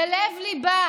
זה לב-ליבה